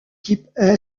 type